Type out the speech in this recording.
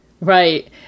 Right